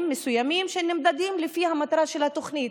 מסוימים שנמדדים לפי המטרה של התוכנית,